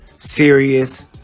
serious